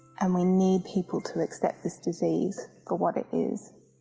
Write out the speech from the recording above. and we need people to accept this disease for what it is.